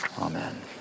Amen